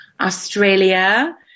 Australia